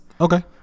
Okay